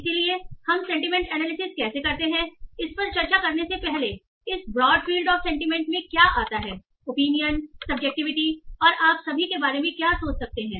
इसलिए हम sentiment analysis कैसे करते हैं इस पर चर्चा करने से पहले इस ब्रॉड फील्ड ऑफ सेंटीमेंट में क्या आता है ओपिनियन सब्जेक्टिविटी और आप सभी के बारे में क्या सोच सकते हैं